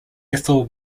ethel